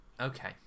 okay